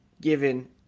given